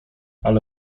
ale